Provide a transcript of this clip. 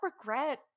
regret